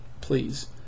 please